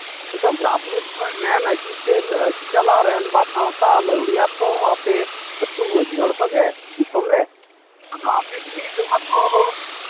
ᱱᱤᱛᱳᱜ grass root ᱠᱷᱚᱱ ᱢᱮᱱ ᱟᱹᱪᱩ ᱪᱟᱞᱟᱣ ᱨᱮᱱ ᱥᱟᱶᱛᱟ ᱞᱟᱹᱣᱲᱤᱭᱟᱹ ᱛᱚ ᱟᱯᱮ ᱟᱹᱛᱩ ᱢᱟᱹᱡᱷᱤ ᱦᱚᱲ ᱠᱚᱜᱮ ᱫᱤᱥᱚᱢ ᱨᱮ ᱟᱫᱚ ᱟᱯᱮ ᱡᱩᱫᱤ ᱚᱱᱟ ᱠᱚ